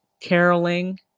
Caroling